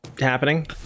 happening